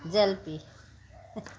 জেলপী